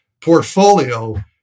portfolio